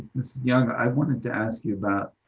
ms. young, i wanted to ask you about